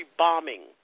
bombing